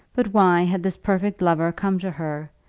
but why had this perfect lover come to her,